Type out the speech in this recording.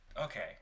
okay